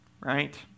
right